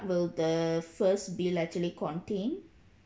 will the first bill actually contain